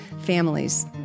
families